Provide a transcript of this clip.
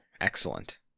excellent